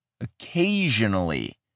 Occasionally